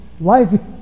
Life